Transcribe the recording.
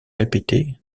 répétées